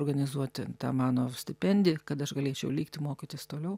organizuoti tą mano stipendiją kad aš galėčiau likti mokytis toliau